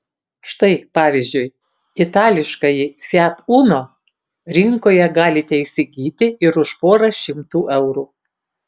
štai pavyzdžiui itališkąjį fiat uno rinkoje galite įsigyti ir už porą šimtų eurų